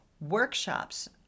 workshops